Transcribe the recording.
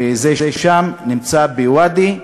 וזה שם נמצא בוואדי.